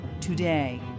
today